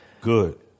Good